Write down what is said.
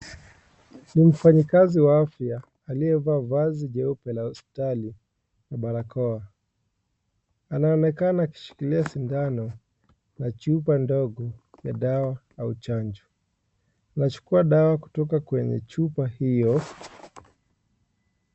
Ni mfanyikazi wa afya aliyevaa vazi jeupe la hospitali na barakoa . Anaonekana akishikilia sindano na chupa ndogo ya dawa au chanjo . Anachukua dawa kutoka kwenye chupa hiyo .